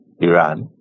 Iran